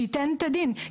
שייתן את הדין.